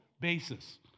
basis